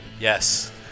Yes